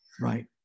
Right